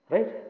Right